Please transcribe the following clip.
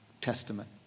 Testament